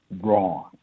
wrong